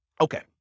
okay